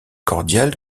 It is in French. cordiale